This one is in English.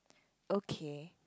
okay